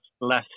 less